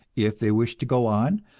if they wished to go on,